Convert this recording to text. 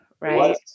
right